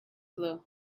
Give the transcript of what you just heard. glue